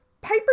Piper